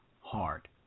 hard